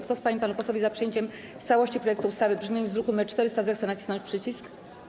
Kto z pań i panów posłów jest za przyjęciem w całości projektu ustawy w brzmieniu z druku nr 400, zechce nacisnąć przycisk.